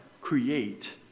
create